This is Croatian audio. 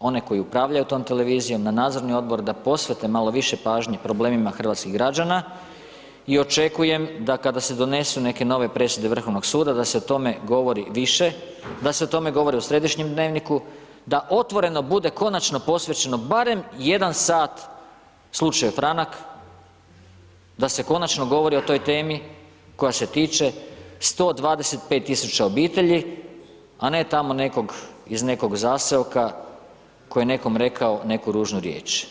one koji upravljaju tom televizijom, na nadzorni odbor da posvete malo više pažnje problemima hrvatskih građana i očekujem da kada se donesu neke nove presude Vrhovnog suda da se o tome govori više, da se o tome govori u središnjem dnevniku, da Otvoreno bude konačno posvećeno barem jedan sat slučaju Franak, da se konačno govori o toj temi koja se tiče 125.000 obitelji, a ne tamo nekog iz nekog zaseoka koji je nekom rekao neku ružnu riječ.